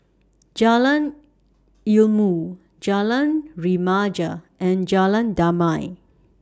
Jalan Ilmu Jalan Remaja and Jalan Damai